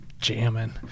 jamming